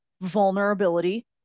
vulnerability